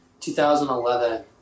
2011